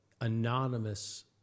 anonymous